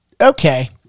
Okay